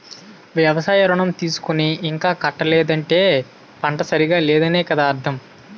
వ్యవసాయ ఋణం తీసుకుని ఇంకా కట్టలేదంటే పంట సరిగా లేదనే కదా అర్థం